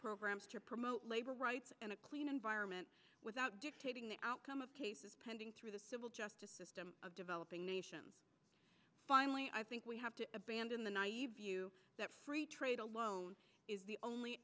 programs to promote labor rights and a clean environment without dictating the outcome of cases pending through the civil justice system of developing nation finally i think we have to abandon the naive view that free trade alone is the only